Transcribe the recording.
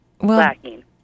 lacking